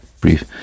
brief